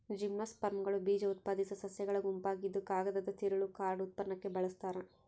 ಜಿಮ್ನೋಸ್ಪರ್ಮ್ಗಳು ಬೀಜಉತ್ಪಾದಿಸೋ ಸಸ್ಯಗಳ ಗುಂಪಾಗಿದ್ದುಕಾಗದದ ತಿರುಳು ಕಾರ್ಡ್ ಉತ್ಪನ್ನಕ್ಕೆ ಬಳಸ್ತಾರ